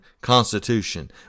Constitution